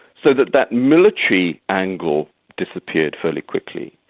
so that that military angle disappeared fairly quickly.